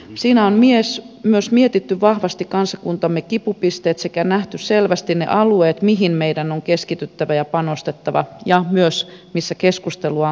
siinä on myös mietitty vahvasti kansakuntamme kipupisteet sekä nähty selvästi ne alueet mihin meidän on keskityttävä ja panostettava ja missä myös keskustelua on käytävä